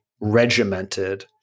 regimented